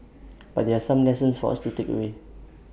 but there are some lessons for us to takeaway